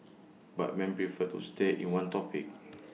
but men prefer to stay in one topic